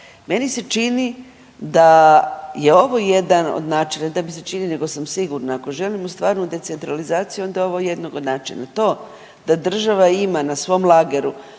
meni se čini da je ovo jedan od načina, ne da mi se čini nego sam sigurna, ako želimo stvarnu decentralizaciju onda je ovo jednog od načina. To da država ima na svom lageru